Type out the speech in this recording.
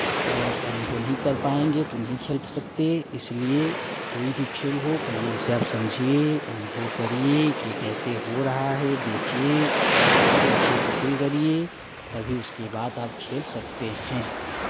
और अनुभव नहीं कर पाएंगे तो नहीं खेल सकते इसलिए कोई भी खेल हो पहले उसे आप समझिये अनुभव करिये कि कैसे हो रहा है देखिये उसे अच्छे से फील करिये तभी उसके बाद आप खेल सकते हैं